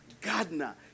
gardener